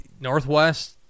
Northwest